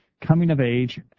coming-of-age